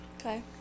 okay